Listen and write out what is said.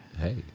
Hey